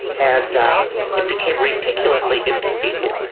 and it became ridiculously inconvenient